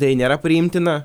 tai nėra priimtina